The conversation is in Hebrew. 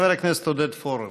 חבר הכנסת עודד פורר.